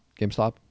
GameStop